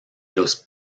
los